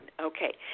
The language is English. Okay